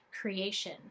creation